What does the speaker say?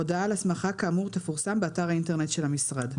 הודעה על הסמכה כאמור תפורסם באתר האינטרנט של המשרד,".